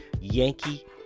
yankee